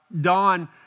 Don